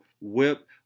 whip